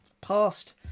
past